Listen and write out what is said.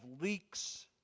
leaks